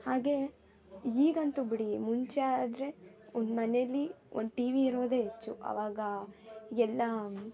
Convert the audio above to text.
ಹಾಗೆ ಈಗಂತೂ ಬಿಡಿ ಮುಂಚೆ ಆದರೆ ಒಂದು ಮನೆಯಲ್ಲಿ ಒಂದು ಟಿವಿ ಇರೋದೆ ಹೆಚ್ಚು ಆವಾಗ ಎಲ್ಲ